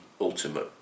ultimate